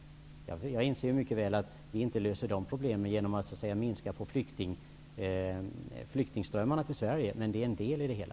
Jag inser mycket väl att vi inte löser de problemen genom att minska flyktingströmmarna till Sverige, men det är en del i det hela.